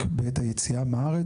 רק בעת היציאה מהארץ.